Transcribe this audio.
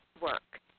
work